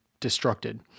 destructed